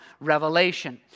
Revelation